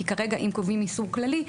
כי כרגע אם קובעים איסור כללי,